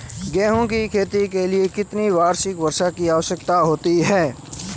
गेहूँ की खेती के लिए कितनी वार्षिक वर्षा की आवश्यकता होती है?